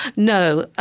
no.